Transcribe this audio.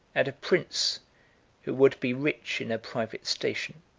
and a prince who would be rich in a private station,